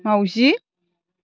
माउजि